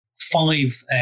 five